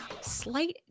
slight